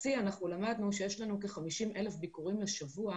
אנחנו למדנו שבשיא יש לנו כ-50,000 ביקורים לשבוע